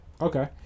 Okay